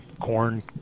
corn